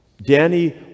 Danny